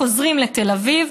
חוזרים לתל אביב.